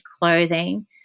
clothing